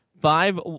Five